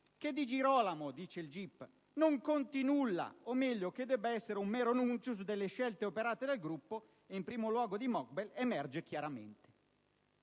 «Che di Girolamo non conti nulla o meglio che debba essere un mero *nuntius* delle scelte operate dal gruppo, in primo luogo di Mokbel, emerge chiaramente»).